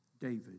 David